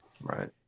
Right